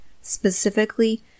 Specifically